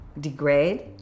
degrade